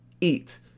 eat